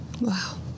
wow